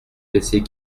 laissait